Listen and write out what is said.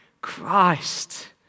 Christ